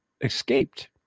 escaped